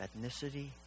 ethnicity